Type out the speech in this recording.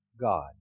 God